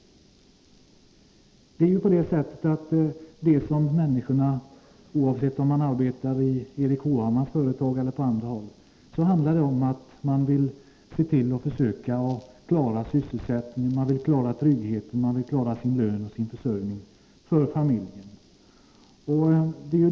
Vad det här handlar om är att människor — oavsett om de arbetar i Erik Hovhammars företag eller på andra håll — vill försöka klara sysselsättning, trygghet, sin lön och försörjningen för familjen.